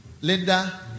Linda